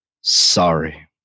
sorry